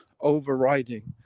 overriding